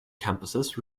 campuses